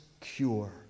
cure